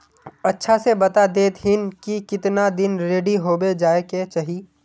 अच्छा से बता देतहिन की कीतना दिन रेडी होबे जाय के चही?